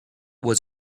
was